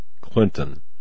Clinton